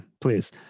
please